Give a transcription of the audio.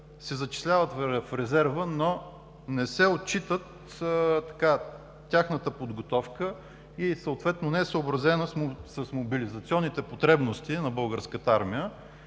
се зачисляват в резерва, но не се отчита тяхната подготовка и съответно не е съобразена с мобилизационните потребности на Българската армия.